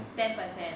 ten percent